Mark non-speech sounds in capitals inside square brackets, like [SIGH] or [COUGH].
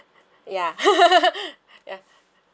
ya [LAUGHS] ya